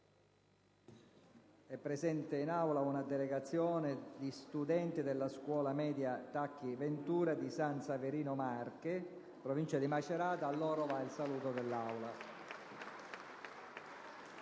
è presente in Aula una delegazione di studenti della scuola media «Pietro Tacchi Venturi» di San Severino Marche, in Provincia di Macerata, cui va il saluto dell'Assemblea.